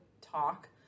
talk